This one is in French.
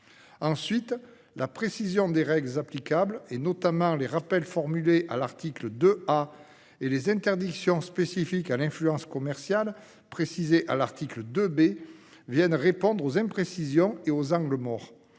Ensuite, la précision des règles applicables, notamment les rappels formulés à l'article 2 A, ainsi que les interdictions spécifiques à l'influence commerciale, définies à l'article 2 B, viennent répondre aux imprécisions et aux angles morts